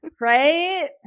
right